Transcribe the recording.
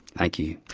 thank you.